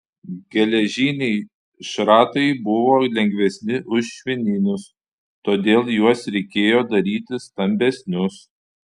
geležiniai šratai buvo lengvesni už švininius todėl juos reikėjo daryti stambesnius